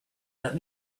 let